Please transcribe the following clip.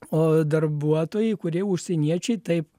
o darbuotojai kurie užsieniečiai taip